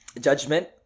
Judgment